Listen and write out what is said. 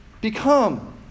become